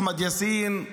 אחמד יאסין,